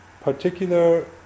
Particular